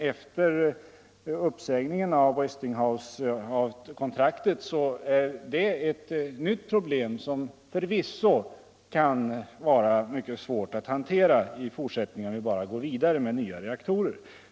Efter uppsägningen av Westinghousekontraktet är det ett nytt problem som förvisso kan vara mycket svårt att hantera i fortsättningen, om vi bara går vidare med nya reaktorer.